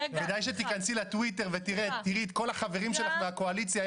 כדאי שתיכנסי לטוויטר ותראי את כל החברים שלך מהקואליציה,